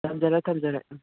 ꯊꯝꯖꯔꯦ ꯊꯝꯖꯔꯦ ꯎꯝ